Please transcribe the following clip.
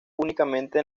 únicamente